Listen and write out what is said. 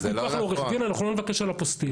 על ייפוי כוח לעו"ד אנחנו לא נבקש על אפוסטיל.